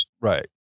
Right